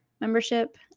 membership